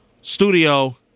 studio